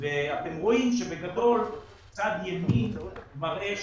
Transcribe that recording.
אתם רואים שבגדול צד ימין מראה